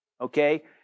okay